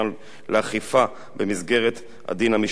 לאכיפה במסגרת הדין המשמעתי,